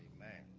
man